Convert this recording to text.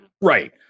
right